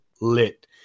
lit